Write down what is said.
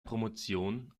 promotion